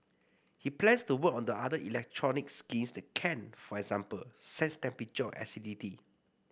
he plans to work on other electronic skins that can for example sense temperature or acidity